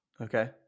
Okay